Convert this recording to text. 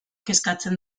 kezkatzen